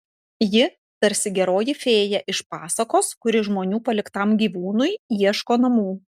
ji tarsi geroji fėja iš pasakos kuri žmonių paliktam gyvūnui ieško namų